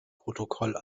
protokoll